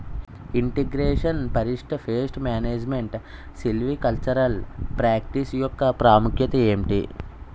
integration forest pest management silvicultural practice యెక్క ప్రాముఖ్యత ఏంటి